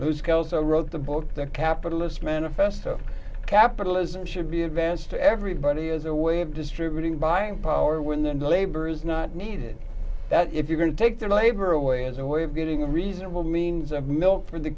who's kelso wrote the book the capitalist manifesto capitalism should be advanced to everybody as a way of distributing buying power when the labor is not needed that if you can take their labor away as a way of getting a reasonable means of milk for the